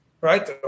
right